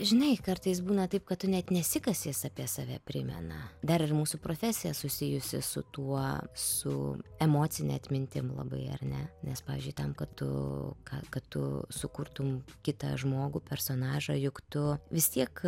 žinai kartais būna taip kad tu net nesikasi jis apie save primena dar ir mūsų profesija susijusi su tuo su emocine atmintim labai ar ne nes pavyzdžiui tam kad tu ką kad tu sukurtum kitą žmogų personažą juk tu vis tiek